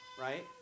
right